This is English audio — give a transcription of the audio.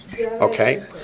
okay